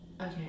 Okay